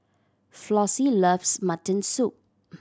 Flossie loves mutton soup